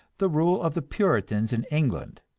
the rule of the puritans in england.